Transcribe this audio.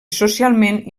socialment